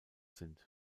sind